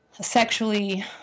sexually